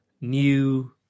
new